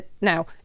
now